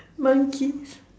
monkey